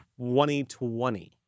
2020